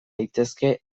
daitezke